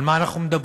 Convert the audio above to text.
על מה אנחנו מדברים?